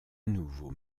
nouveau